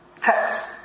text